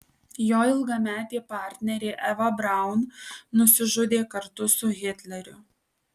jo ilgametė partnerė eva braun nusižudė kartu su hitleriu